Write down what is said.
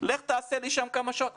לך תעשה לי שם כמה שעות.